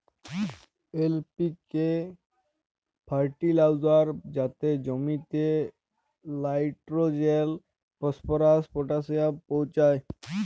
LPK fertilizer যাতে জমিতে লাইট্রোজেল, ফসফরাস, পটাশিয়াম পৌঁছায়